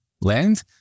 land